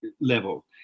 level